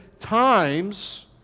times